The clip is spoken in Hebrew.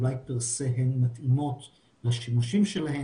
כולם נמצאים באותו אחסון.